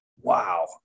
wow